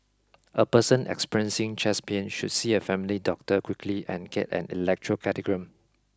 a person experiencing chest pain should see a family doctor quickly and get an electrocardiogram